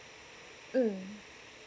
mm